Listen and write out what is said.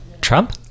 Trump